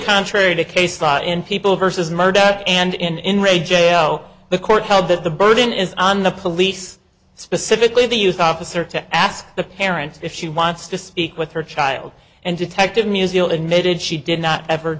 contrary to case law in people versus murder and in in re j o the court held that the burden is on the police specifically the youth officer to ask the parents if she wants to speak with her child and detective musial admitted she did not ever